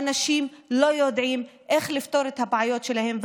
האנשים לא יודעים איך לפתור את הבעיות שלהם,